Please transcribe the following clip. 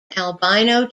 albino